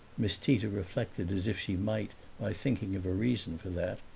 miss tita reflected as if she might by thinking of a reason for that,